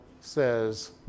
says